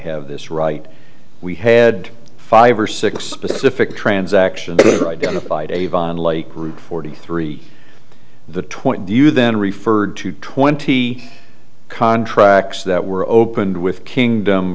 have this right we had five or six specific transactions identified avon lake route forty three the twenty you then referred to twenty contracts that were opened with kingdom